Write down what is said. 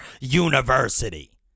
University